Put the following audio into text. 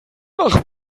nach